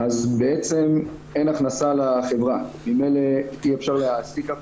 בעצם אין הכנסה לחברה וממילא אי אפשר להעסיק אף